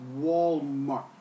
Walmart